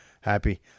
happy